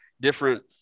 different